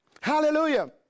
Hallelujah